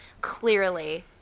clearly